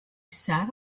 sat